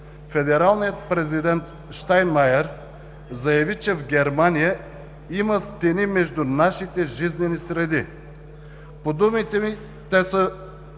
федералният президент Щайнмайер заяви, че днес в Германия „има стени между нашите жизнени среди“. По думите му те са